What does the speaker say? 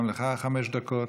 גם לך חמש דקות.